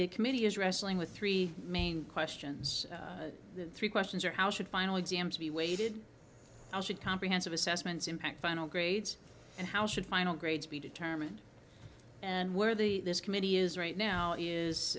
the committee is wrestling with three main questions the three questions are how should final exams be weighted comprehensive assessments impact final grades and how should final grades be determined and where the this committee is right now is